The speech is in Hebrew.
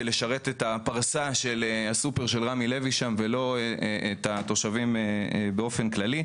לשרת את הפרסה של הסופר של רמי לוי שם ולא את התושבים באופן כללי,